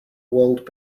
world